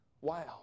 Wow